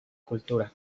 cultura